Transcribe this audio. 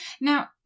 Now